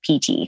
PT